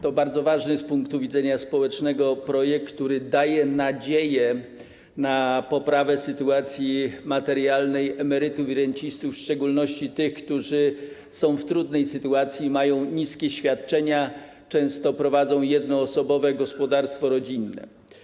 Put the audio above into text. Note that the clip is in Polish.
To bardzo ważny z punktu widzenia społecznego projekt, który daje nadzieję na poprawę sytuacji materialnej emerytów i rencistów, w szczególności tych, którzy są w trudnej sytuacji, mają niskie świadczenia, często prowadzą jednoosobowe gospodarstwo rodzinne.